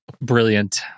brilliant